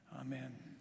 Amen